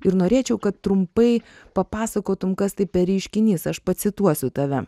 ir norėčiau kad trumpai papasakotum kas tai per reiškinys aš pacituosiu tave